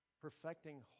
perfecting